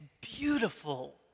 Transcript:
beautiful